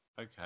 okay